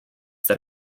that